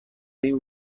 این